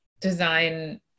design